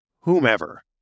whomever